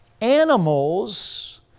Animals